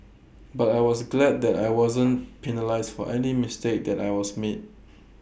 but I was glad that I wasn't penalised for any mistake that I was made